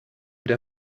der